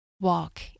walk